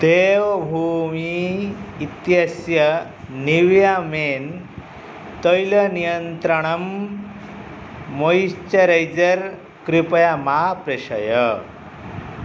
देव्भूमी इत्यस्य Nivea men तैलनियन्त्रणम् moisturiser कृपया मा प्रेषय